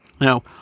Now